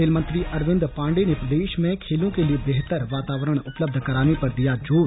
खेल मंत्री अरविन्द पाण्डेय ने प्रदे में खेलों के लिए बेहतर वातावरण उपलब्ध कराने पर दिया जोर